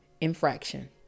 infraction